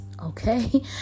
Okay